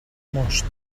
most